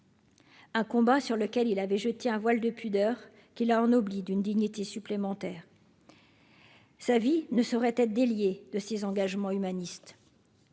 Un combat sur lequel il avait je tiens à voile de pudeur qui l'a anobli d'une dignité supplémentaires, sa vie ne saurait être délié de ses engagements humanistes.